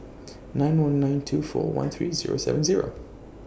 nine one nine two four one three Zero seven Zero